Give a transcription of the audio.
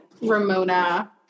Ramona